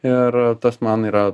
ir tas man yra